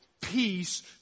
peace